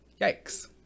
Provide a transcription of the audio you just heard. Yikes